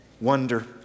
wonder